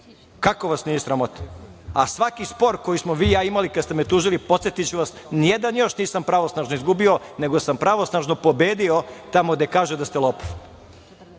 Kako vas nije sramota? A svaki spor koji smo vi i ja imali, kad ste me tužili, podsetiću vas, ni jedan još nisam pravosnažno izgubio, nego sam pravosnažno pobedio tamo gde kažem da ste lopov.